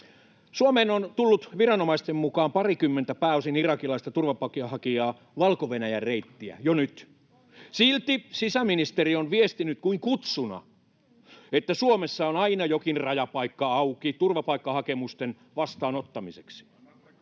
Suomeen on tullut viranomaisten mukaan parikymmentä pääosin irakilaista turvapaikanhakijaa Valko-Venäjän reittiä jo nyt. Silti sisäministeri on viestinyt kuin kutsuna, että Suomessa on aina jokin rajapaikka auki turvapaikkahakemusten vastaanottamiseksi.